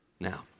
Now